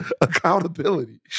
accountability